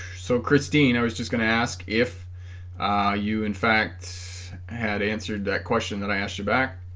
so christine i was just gonna ask if you in fact had answered that question that i asked you back